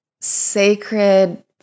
Sacred